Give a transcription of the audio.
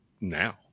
now